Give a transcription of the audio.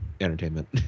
entertainment